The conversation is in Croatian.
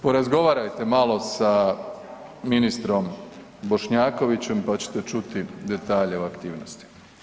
Porazgovarajte malo sa ministrom Bošnjakovićem, pa ćete čuti detalje o aktivnosti.